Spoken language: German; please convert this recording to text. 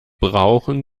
brauchen